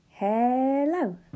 Hello